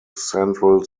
central